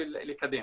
בשביל לקדם.